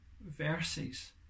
verses